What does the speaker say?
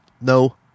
no